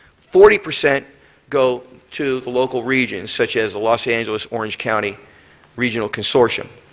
forty percent go to the local regions, such as the los angeles orange county regional consortium.